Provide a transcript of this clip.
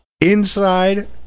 Inside